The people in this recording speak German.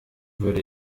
würde